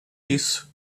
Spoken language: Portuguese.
isso